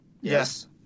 Yes